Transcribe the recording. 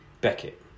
Beckett